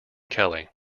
kelly